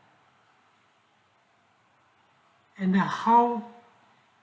and the how